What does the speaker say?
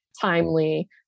timely